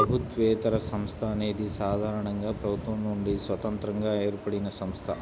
ప్రభుత్వేతర సంస్థ అనేది సాధారణంగా ప్రభుత్వం నుండి స్వతంత్రంగా ఏర్పడినసంస్థ